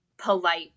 polite